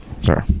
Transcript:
Sorry